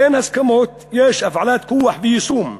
אין הסכמות, יש הפעלת כוח ויישום.